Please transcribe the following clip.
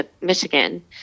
Michigan